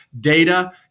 data